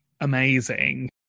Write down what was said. amazing